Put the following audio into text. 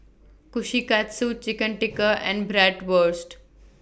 Kushikatsu Chicken Tikka and Bratwurst